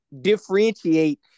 differentiate